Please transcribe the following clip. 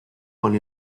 con